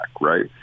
right